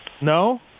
No